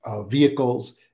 vehicles